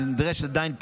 נדרשת עדיין בחינה.